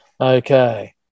Okay